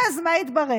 ואז מה התברר?